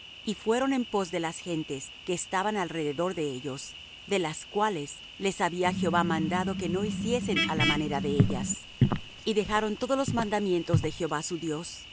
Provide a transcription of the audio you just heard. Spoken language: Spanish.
y fueron en pos de las gentes que estaban alrededor de ellos de las cuales les había jehová mandado que no hiciesen á la manera de ellas y dejaron todos los mandamientos de jehová su dios